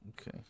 okay